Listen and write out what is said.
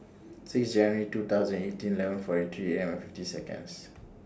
six January two thousand and eighteen eleven forty three A M fifty Seconds